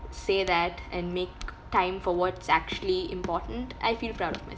say that and make time for what's actually important I feel proud of myself